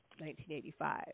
1985